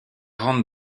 rendent